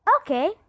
okay